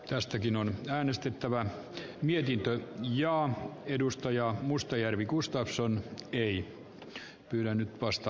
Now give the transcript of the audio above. tästäkin on äänestettävä mietitään jo edustajaa mustajärvi gustafsson jäi kannatan ed